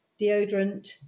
deodorant